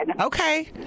Okay